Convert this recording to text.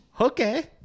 Okay